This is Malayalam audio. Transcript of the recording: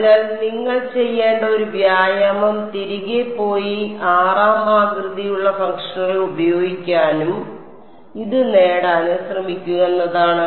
അതിനാൽ നിങ്ങൾ ചെയ്യേണ്ട ഒരു വ്യായാമം തിരികെ പോയി 6 ആം ആകൃതിയിലുള്ള ഫംഗ്ഷനുകൾ ഉപയോഗിക്കാനും ഇത് നേടാനും ശ്രമിക്കുക എന്നതാണ്